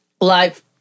Life